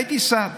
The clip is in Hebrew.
והייתי שר.